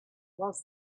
was